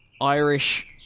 Irish